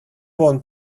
want